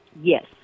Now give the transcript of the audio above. Yes